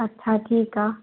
अच्छा ठीकु आहे